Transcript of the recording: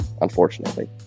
unfortunately